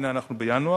והנה אנחנו בינואר.